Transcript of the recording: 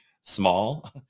small